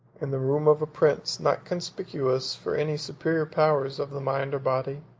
in the room of a prince not conspicuous for any superior powers of the mind or body,